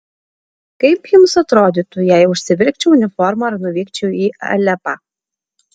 kaip jums atrodytų jei užsivilkčiau uniformą ir nuvykčiau į alepą